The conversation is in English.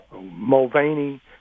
Mulvaney